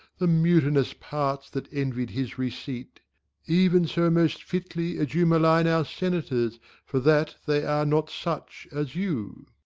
the mutinous parts that envied his receipt even so most fitly as you malign our senators for that they are not such as you.